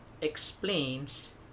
explains